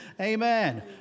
amen